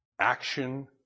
action